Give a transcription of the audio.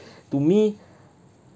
to me